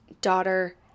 daughter